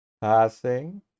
passing